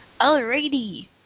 Alrighty